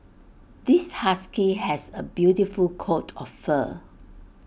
this husky has A beautiful coat of fur